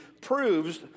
proves